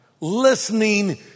Listening